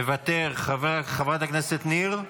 מוותר, חברת הכנסת ניר,